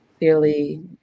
clearly